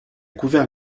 couvert